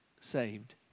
saved